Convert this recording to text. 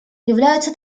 являются